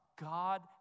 God